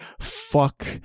Fuck